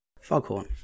Foghorn